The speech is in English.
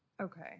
Okay